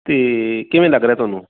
ਅਤੇ ਕਿਵੇਂ ਲੱਗ ਰਿਹਾ ਤੁਹਾਨੂੰ